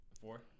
Four